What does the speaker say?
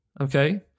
okay